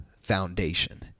foundation